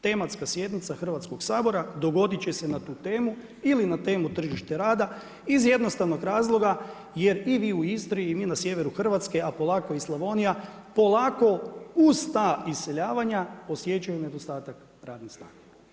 Tematska sjednica Hrvatskog sabora, dogoditi će se na tu temu, ili na temu tržišta rada, iz jednostavnog razloga, jer mi u Istri i mi u sjeveru Hrvatske, a polako i Slavonija, polako, uz ta iseljavanja, osjećaju nedostatak radne snage.